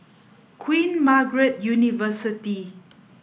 Queen Margaret University